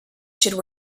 should